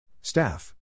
Staff